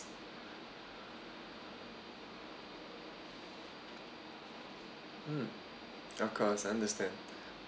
um of course understand